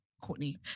Courtney